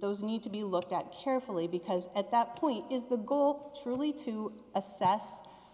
those need to be looked at carefully because at that point is the goal truly to assess